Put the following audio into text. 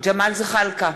ג'מאל זחאלקה,